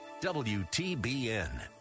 WTBN